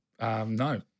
no